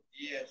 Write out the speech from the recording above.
yes